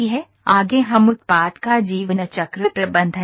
आगे हम उत्पाद का जीवनचक्र प्रबंधन करेंगे